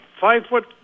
five-foot